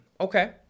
Okay